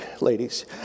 ladies